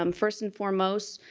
um first and foremost,